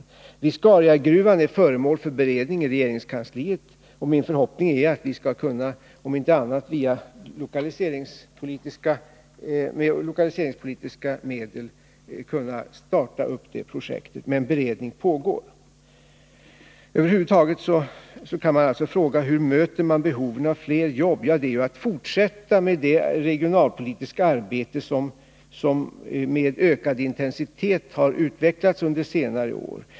Frågan om Viscariagruvan är föremål för beredning i regeringskansliet, och min förhoppning är att vi, om inte annat så med lokaliseringspolitiska medel, skall kunna starta projektet. Men beredning pågår. Över huvud taget kan man alltså fråga: Hur möter man behoven av fler jobb? Jo, det gör man genom att fortsätta det regionalpolitiska arbete som med ökad intensitet har utvecklats under senare år.